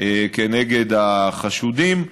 כנגד החשודים.